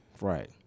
right